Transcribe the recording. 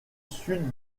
sud